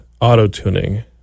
auto-tuning